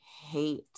hate